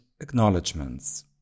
acknowledgements